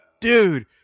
dude